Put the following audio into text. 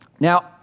Now